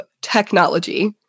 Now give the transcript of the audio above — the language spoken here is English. technology